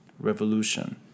revolution